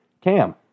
Cam